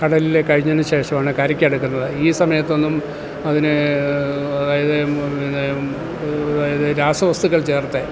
കടലിൽ കഴിഞ്ഞതിനുശേഷമാണ് കരയ്ക്കടുക്കുന്നത് ഈ സമയത്തൊന്നും അതിന് അതായത് പിന്നെ അതായത് രാസവസ്തുക്കൾ ചേർത്ത്